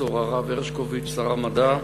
פרופסור הרב הרשקוביץ, שר המדע,